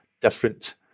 different